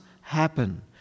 happen